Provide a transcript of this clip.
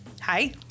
Hi